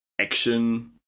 action